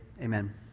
amen